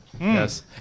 Yes